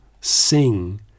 sing